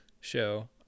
show